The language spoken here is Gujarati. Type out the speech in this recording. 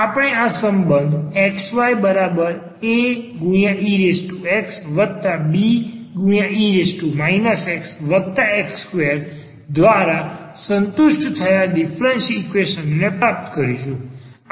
આપણે આ સંબંધ xy aex be x x2 દ્વારા સંતુષ્ટ થયા ડીફરન્સીયલ ઈક્વેશન પ્રાપ્ત કરીશું